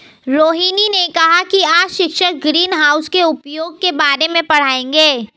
रोहिनी ने कहा कि आज शिक्षक ग्रीनहाउस के उपयोग के बारे में पढ़ाएंगे